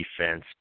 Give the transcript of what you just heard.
defense